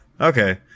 okay